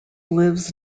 lives